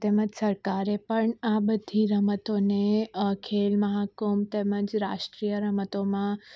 તેમજ સરકારે પણ આ બધી રમતોને ખેલ મહાકુંભ તેમજ રાષ્ટ્રીય રમતોમાં